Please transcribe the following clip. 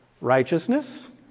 righteousness